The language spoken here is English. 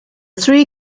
three